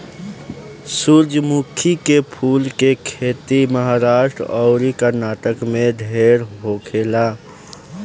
सूरजमुखी के फूल के खेती महाराष्ट्र अउरी कर्नाटक में ढेर होखेला